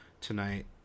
tonight